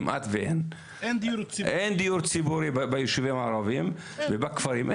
אין דיור ציבורי בישובים הערביים ובכפרים.